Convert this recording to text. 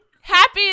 happy